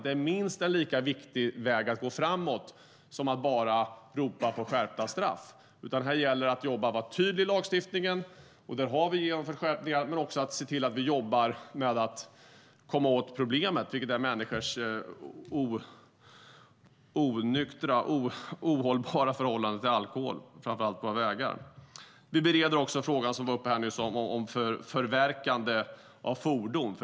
Det är en minst lika viktig väg att gå framåt som att bara ropa på skärpta straff. Det gäller att vara tydlig i lagstiftningen - där har vi genomfört skärpningar - men också se till att jobba med att komma åt problemet, vilket är människors ohållbara förhållande till alkohol, framför allt på våra vägar. Vi bereder också den fråga som nyss togs upp om förverkande av fordon.